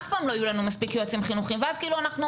אף פעם לא יהיו לנו מספיק יועצים חינוכיים ואז אנחנו אומרים,